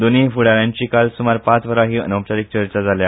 दोनूंय फूडा यांची काल सूमार पाच वरा ही अनौपचारीक चर्चा जाल्या